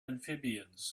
amphibians